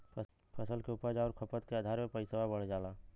फसल के उपज आउर खपत के आधार पे पइसवा बढ़ जाला